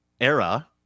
era